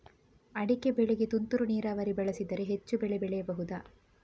ಅಡಿಕೆ ಬೆಳೆಗೆ ತುಂತುರು ನೀರಾವರಿ ಬಳಸಿದರೆ ಹೆಚ್ಚು ಬೆಳೆ ಬೆಳೆಯಬಹುದಾ?